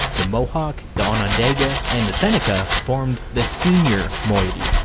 the mohawk, the onondaga, and the seneca formed the senior moiety,